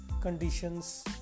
conditions